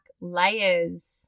layers